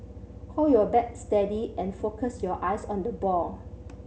hold your bat steady and focus your eyes on the ball